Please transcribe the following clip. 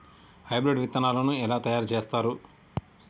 Hybrid విత్తనాలను ఎలా తయారు చేస్తారు?